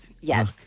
Yes